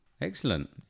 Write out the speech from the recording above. Excellent